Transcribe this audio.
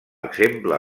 exemple